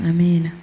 Amen